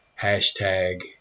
Hashtag